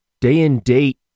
day-and-date